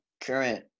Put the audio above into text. current